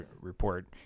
report